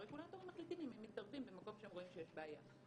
והרגולטורים מחליטים אם הם מתערבים במקום שהם שיש בעיה.